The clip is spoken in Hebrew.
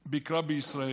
ביקרה בישראל